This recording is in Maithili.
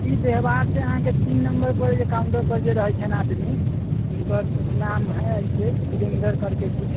ई व्यवहारसँ अहाँके तीन नम्बरपर जे काउंटरपर रहै छथिन आदमी हुनकर कुछ नाम है अइसे विरेन्दर करके कुछ